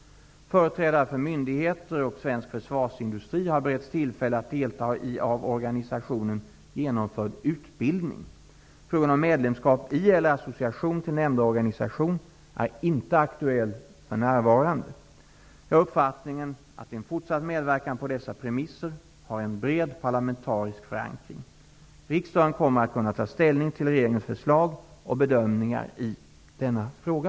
Företrädare för myndigheter och svensk försvarsindustri har beretts tillfälle att delta i av organisationen genomförd utbildning. Frågan om medlemskap i eller association till nämnda organisation är inte aktuell för närvarande. Jag har uppfattningen att en fortsatt medverkan på dessa premisser har en bred parlamentarisk förankring. Riksdagen kommer att kunna ta ställning till regeringens förslag och bedömningar i denna fråga.